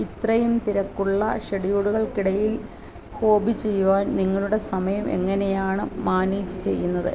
ഇത്രയും തിരക്കുള്ള ഷെഡ്യൂളുകൾക്കിടയിൽ ഹോബി ചെയ്യുവാൻ നിങ്ങളുടെ സമയം എങ്ങനെയാണ് മാനേജ് ചെയ്യുന്നത്